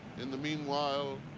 in the meanwhile,